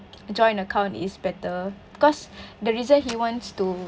joint account is better cause the reason he wants to